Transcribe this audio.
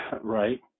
Right